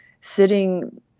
sitting